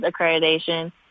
accreditation